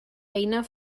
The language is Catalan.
beina